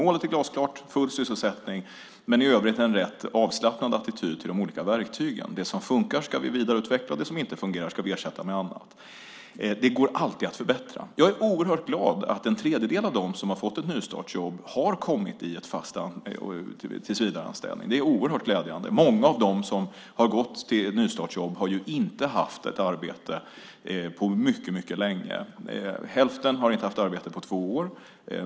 Målet är glasklart: full sysselsättning, men i övrigt en rätt avslappnad attityd till de olika verktygen. Det som funkar ska vi vidareutveckla, det som inte fungerar ska vi ersätta med annat. Det går alltid att förbättra. Jag är oerhört glad att en tredjedel av dem som har fått ett nystartsjobb har kommit till en tillsvidareanställning. Det är oerhört glädjande. Många av dem som har gått till ett nystartsjobb har inte haft ett arbete på mycket länge. Hälften har inte haft arbete på två år.